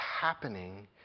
happening